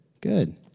good